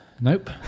Nope